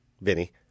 Vinny